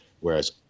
whereas